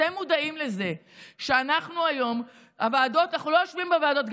אתם מודעים לזה שהיום אנחנו לא יושבים בוועדות.